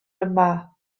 yma